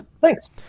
Thanks